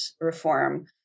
reform